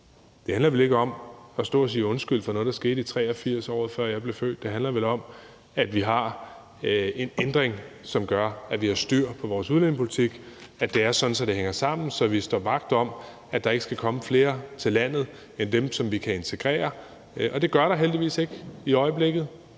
Det handler vel ikke om at stå og sige undskyld for noget, der skete i 1983, året før jeg blev født. Det handler vel om, at vi har en ændring, som gør, at vi har styr på vores udlændingepolitik, og at det er sådan, at det hænger sammen, så vi står vagt om, at der ikke skal komme flere til landet end dem, som vi kan integrere. Og det gør der heldigvis ikke i øjeblikket.